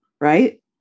right